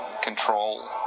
control